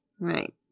Right